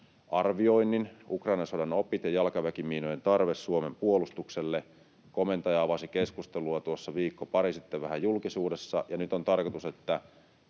arvioinnin, Ukrainan sodan opit ja jalkaväkimiinojen tarve Suomen puolustukselle. Komentaja avasi keskustelua tuossa viikko pari sitten vähän julkisuudessa ja nyt on tarkoitus, että